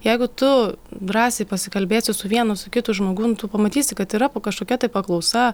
jeigu tu drąsiai pasikalbėsi su vienu su kitu žmogum tu pamatysi kad yra kažkokia tai paklausa